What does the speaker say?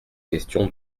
question